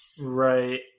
Right